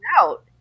out